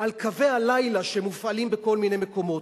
על קווי הלילה שמופעלים בכל מיני מקומות,